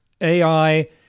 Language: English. AI